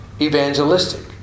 evangelistic